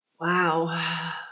Wow